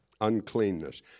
uncleanness